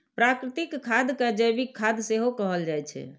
प्राकृतिक खाद कें जैविक खाद सेहो कहल जाइ छै